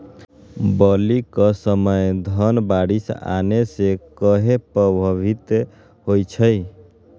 बली क समय धन बारिस आने से कहे पभवित होई छई?